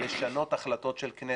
לשנות החלטות של כנסת.